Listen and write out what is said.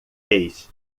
fez